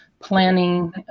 planning